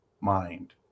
mind